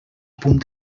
punt